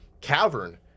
cavern